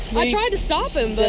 i tried to stop him, but